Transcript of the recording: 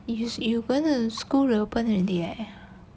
you you going to school reopen already eh